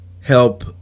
Help